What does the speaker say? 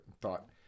thought